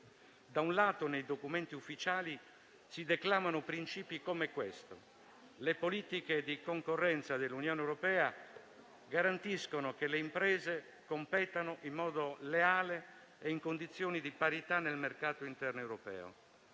Da un lato, nei documenti ufficiali si declamano principi come questo: le politiche di concorrenza dell'Unione europea garantiscono che le imprese competano in modo leale e in condizioni di parità nel mercato interno europeo;